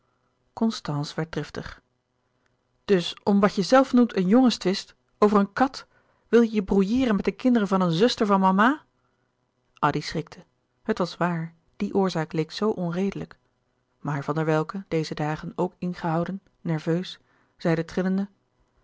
werd driftig dus om wat je zelf noemt een jongenstwist over een kat wil je je brouilleeren met de kinderen van een zuster van mama addy schrikte het was waar die oorzaak leek zoo onredelijk maar van der welcke deze dagen ook ingehouden nerveus zeide trillende